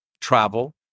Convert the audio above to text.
travel